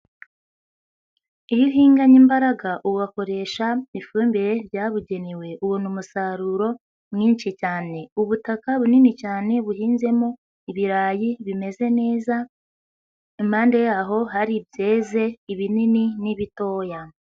Iyo uhinganye imbaraga ugakoresha ifumbire ryabugenewe ubona umusaruro mwinshi cyane, ubutaka bunini cyane buhinzemo ibirayi bimeze neza, impande yaho hari ibyeze, ibinini n'ibitoya.